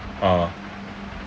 uh